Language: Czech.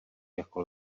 jako